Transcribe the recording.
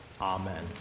Amen